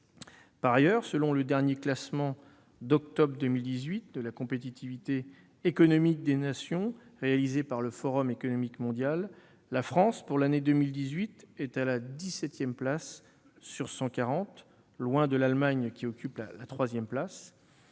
Par ailleurs, selon le dernier classement d'octobre 2018 de la compétitivité économique des nations du Forum économique mondial, la France, pour l'année 2018, est à la dix-septième place sur 140, loin derrière l'Allemagne, qui occupe la troisième place.